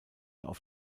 auf